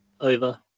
Over